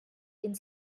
den